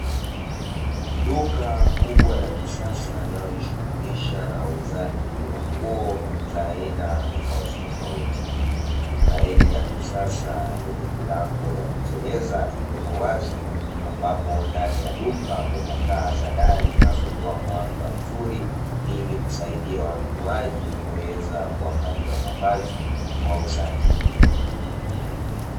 Duka kubwa la kisasa linalojishughulisha na uuzaji wa nguo za aina tofauti tofauti, duka hili la kisasa lenye milango ya kuteleza iliyoko wazi, ambapo ndani ya duka kuna taa za dari zinazotoa mwanga mzuri, ili kusaidia wanunuaji kuweza kuangalia mavazi kwa usahihi.